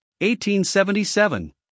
1877